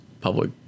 public